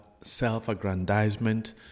self-aggrandizement